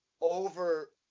over